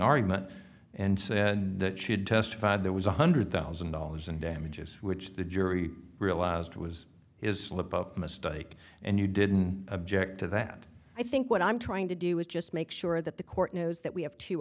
argument and said and that she had testified there was one hundred thousand dollars in damages which the jury realized was his slip up mistake and you didn't object to that i think what i'm trying to do is just make sure that the court knows that we have two